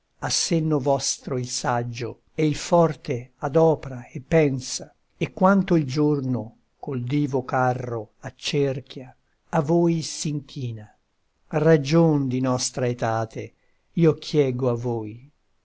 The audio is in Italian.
a senno vostro il saggio e il forte adopra e pensa e quanto il giorno col divo carro accerchia a voi s'inchina ragion di nostra etate io chieggo a voi